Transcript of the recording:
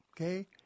okay